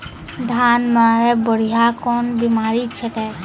धान म है बुढ़िया कोन बिमारी छेकै?